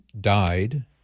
died